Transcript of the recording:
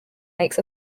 makes